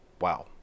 Wow